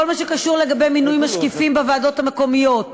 כל מה שקשור למינוי משקיפים בוועדות המקומיות,